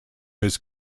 his